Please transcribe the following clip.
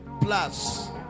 plus